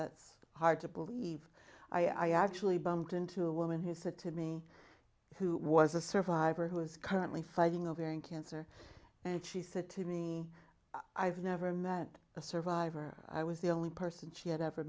that's hard to believe i actually bumped into a woman who said to me who was a survivor who is currently fighting over in cancer and she said to me i've never met a survivor i was the only person she had ever